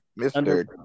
Mr